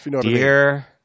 Dear